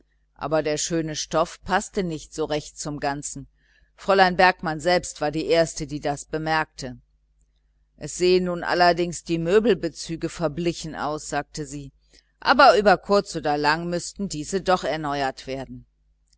aber der schöne stoff paßte nicht so recht zum ganzen fräulein bergmann selbst war die erste die das bemerkte es sehen nun allerdings die möbelbezüge verblichen aus sagte sie aber über kurz oder lang müßten diese doch erneuert werden